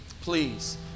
Please